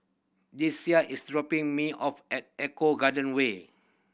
Deasia is dropping me off at Eco Garden Way